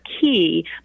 key